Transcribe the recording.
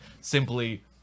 simply